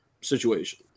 situation